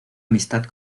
amistad